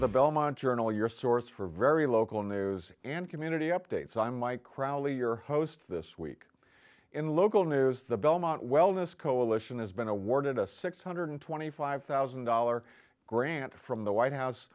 the belmont journal your source for very local news and community updates on my crowley your host this week in local news the belmont wellness coalition has been awarded a six hundred and twenty five thousand dollars grant from the white house